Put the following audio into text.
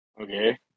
Okay